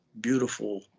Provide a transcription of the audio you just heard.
beautiful